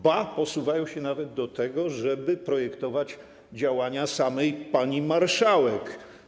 Ba, posuwają się nawet do tego, żeby projektować działania samej pani marszałek.